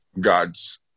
god's